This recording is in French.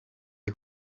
est